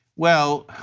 well,